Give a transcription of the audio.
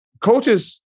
Coaches